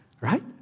Right